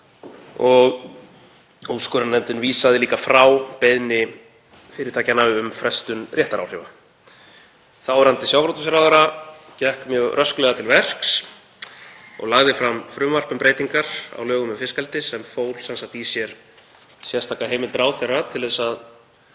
og úrskurðarnefndin vísaði líka frá beiðni fyrirtækjanna um frestun réttaráhrifa. Þáverandi sjávarútvegsráðherra gekk mjög rösklega til verks og lagði fram frumvarp um breytingar á lögum um fiskeldi sem fól í sér sérstaka heimild ráðherra til að